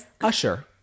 Usher